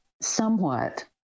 somewhat